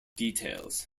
details